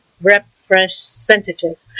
representative